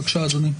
בבקשה, אדוני.